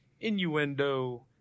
innuendo